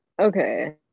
okay